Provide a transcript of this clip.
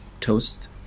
toast